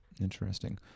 Interesting